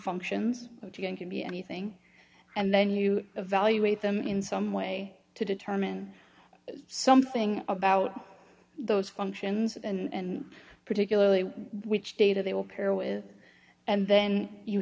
functions which again can be anything and then you evaluate them in some way to determine something about those functions and particularly which data they will care with and then you